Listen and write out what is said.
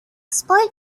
sport